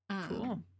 Cool